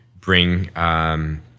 bring